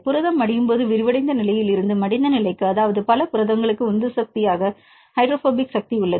புரதம் மடியும் போது விரிவடைந்த நிலையில் இருந்து மடிந்த நிலைக்கு அதாவது பல புரதங்களுக்கு உந்து சக்தியாக ஹைட்ரோபோபிக் சக்தி உள்ளது